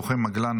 לוחם מגלן,